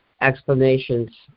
explanations